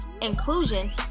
inclusion